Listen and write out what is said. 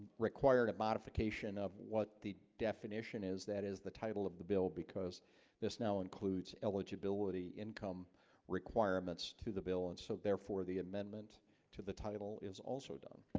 required a modification of what the definition is that is the title of the bill because this now includes eligibility income requirements to the bill and so therefore the amendment to the title is also done